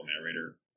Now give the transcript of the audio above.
narrator